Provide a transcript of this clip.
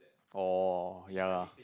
oh ya lah